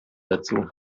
dazu